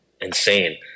insane